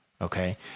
okay